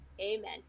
amen